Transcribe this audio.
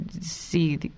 see